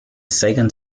second